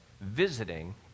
visiting